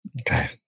Okay